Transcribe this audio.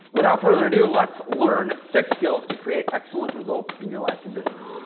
without further ado, let's learn six skills to create excellent results in your life and business.